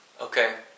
okay